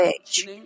age